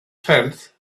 tenth